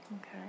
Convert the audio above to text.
Okay